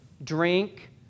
Drink